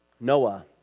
Noah